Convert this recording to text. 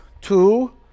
Two